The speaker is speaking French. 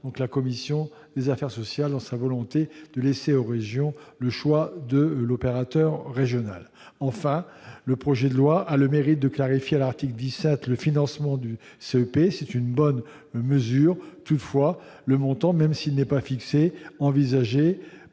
la commission des affaires sociales dans sa volonté de laisser aux régions le choix de l'opérateur régional. Enfin, le projet de loi a le mérite de clarifier, à l'article 17, le financement du CEP. C'est une bonne mesure. Toutefois, même s'il n'est pas encore